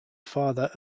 father